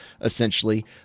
essentially